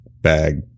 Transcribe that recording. bag